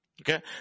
Okay